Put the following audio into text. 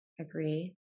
agree